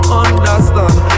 understand